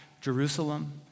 Jerusalem